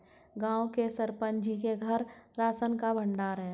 गांव के सरपंच जी के घर राशन का भंडार है